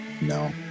No